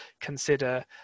consider